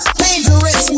dangerous